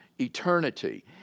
eternity